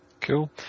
cool